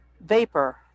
vapor